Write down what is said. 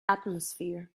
atmosphere